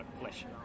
flesh